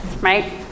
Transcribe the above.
right